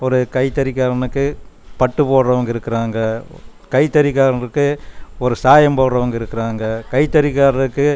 ஒரு கைத்தறிக்காரனுக்கு பட்டு போடுறவங்க இருக்கிறாங்க கைத்தறிக்காரங்களுக்கு ஒரு சாயம் போடுறவங்க இருக்கிறாங்க கைத்தறிக்காரருக்கு